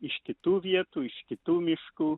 iš kitų vietų iš kitų miškų